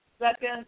second